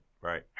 right